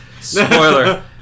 spoiler